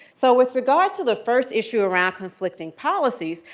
so with regard to the first issue around conflicting policies,